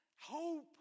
Hope